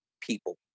people